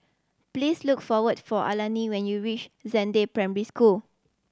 please look for what for Alani when you reach Zhangde Primary School